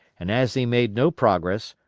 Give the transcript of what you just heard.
and as he made no progress,